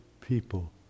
people